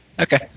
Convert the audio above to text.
okay